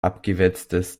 abgewetztes